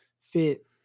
fit